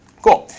cool.